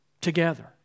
together